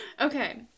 Okay